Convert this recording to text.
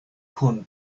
kun